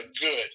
good